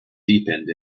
deepened